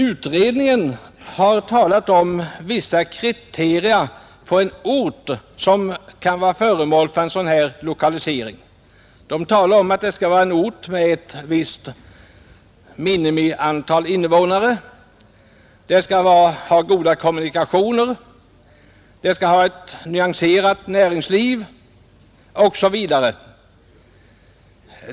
Utredningen har talat om vissa kriterier som en ort bör uppfylla för att bli föremål för en lokalisering: den skall ha ett visst minimiantal invånare, goda kommunikationer, ett nyanserat näringsliv osv.